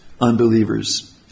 unbelievers